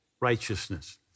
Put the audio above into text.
righteousness